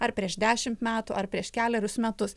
ar prieš dešimt metų ar prieš kelerius metus